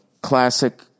classic